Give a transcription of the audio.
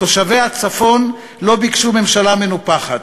תושבי הצפון לא ביקשו ממשלה מנופחת,